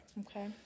Okay